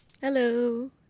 Hello